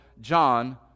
John